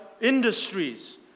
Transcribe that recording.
industries